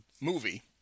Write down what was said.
movie